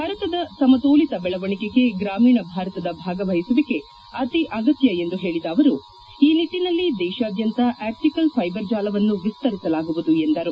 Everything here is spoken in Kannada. ಭಾರತದ ಸಮತೋಲಿತ ಬೆಳವಣಿಗೆಗೆ ಗ್ರಾಮೀಣ ಭಾರತದ ಭಾಗವಹಿಸುವಿಕೆ ಅತಿ ಅಗತ್ಯ ಎಂದು ಹೇಳಿದ ಅವರು ಈ ನಿಟ್ಟನಲ್ಲಿ ದೇಶಾದ್ಯಂತ ಆಷ್ಟಿಕಲ್ ಫೈಬರ್ ಜಾಲವನ್ನು ವಿಸ್ತರಿಸಲಾಗುವುದು ಎಂದರು